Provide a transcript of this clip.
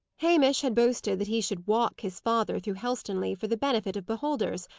hamish had boasted that he should walk his father through helstonleigh for the benefit of beholders,